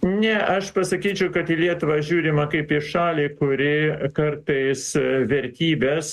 ne aš pasakyčiau kad į lietuvą žiūrima kaip į šalį kuri kartais vertybes